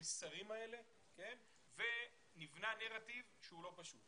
למסרים האלה ונבנה נרטיב שהוא לא פשוט